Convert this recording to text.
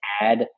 add